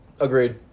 Agreed